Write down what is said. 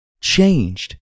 changed